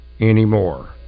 anymore